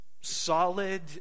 solid